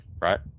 right